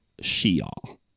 sheol